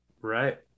Right